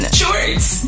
shorts